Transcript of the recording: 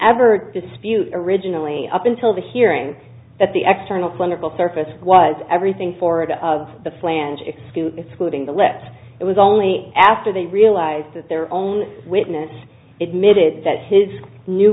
ever dispute originally up until the hearing that the exxon a clinical surface was everything forward of the flange excuse excluding the let it was only after they realized that their own witness it mid it that his new